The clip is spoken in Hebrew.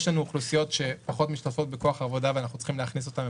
יש לנו אוכלוסיות שפחות משתתפות בכוח העבודה ואנחנו צריכים להכניס אותן,